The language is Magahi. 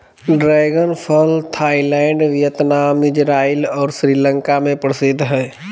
ड्रैगन फल थाईलैंड वियतनाम, इजराइल और श्रीलंका में प्रसिद्ध हइ